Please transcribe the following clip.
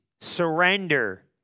Surrender